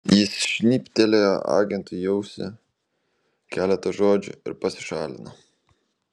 jis šnibžtelėjo agentui į ausį keletą žodžių ir pasišalino